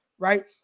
right